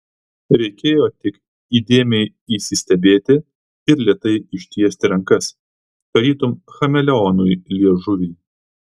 reikėjo tik įdėmiai įsistebėti ir lėtai ištiesti rankas tarytum chameleonui liežuvį